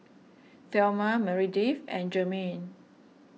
thelma Meredith and Jermaine